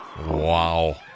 Wow